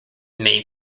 made